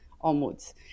onwards